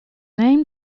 name